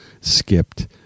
skipped